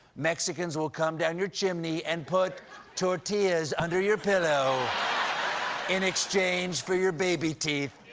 mexicans will come down your chimney and put tortillas under your pillow in exchange for your baby teeth.